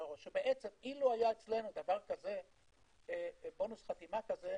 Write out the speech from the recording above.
אם היה אצלנו בונוס חתימה כזה,